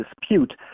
dispute